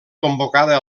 convocada